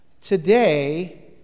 today